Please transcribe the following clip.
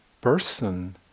person